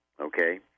okay